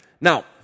Now